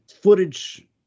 footage